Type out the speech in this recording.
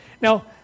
Now